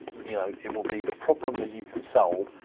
you know, it will be the problem that you can solve,